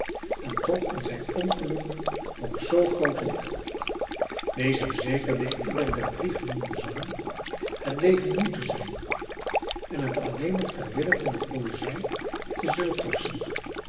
en toch in zijn ongeluk nog zoo grooten dichter deze verzekerde in ieder der drie genoemde zangen het leven moê te zijn en het alleen nog ter wille der poëzij te zullen